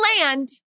land